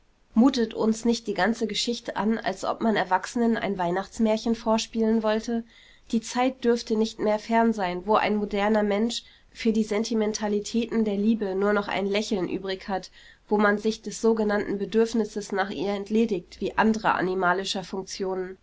mutet uns nicht die ganze geschichte an als ob man erwachsenen ein weihnachtsmärchen vorspielen wollte die zeit dürfte nicht mehr fern sein wo ein moderner mensch für die sentimentalitäten der liebe nur noch ein lächeln übrig hat wo man sich des sogenannten bedürfnisses nach ihr entledigt wie anderer animalischer funktionen